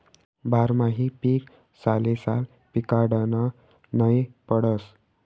बारमाही पीक सालेसाल पिकाडनं नै पडस